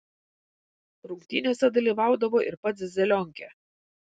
rungtynėse dalyvaudavo ir pats zelionkė